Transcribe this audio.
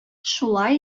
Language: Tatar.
шулай